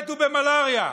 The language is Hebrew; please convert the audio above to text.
מתו ממלריה,